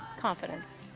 confidence.